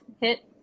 hit